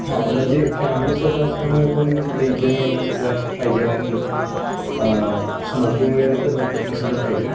हां म्हणजे फॅमिलीसोबत असल्यामुळे कोण ड्रिंकिंग हे नसलं पाहिजेल आणि स्मोकिंग वगैरे तर नसलंच पाहिजेल